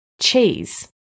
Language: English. cheese